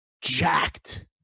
jacked